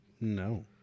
No